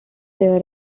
there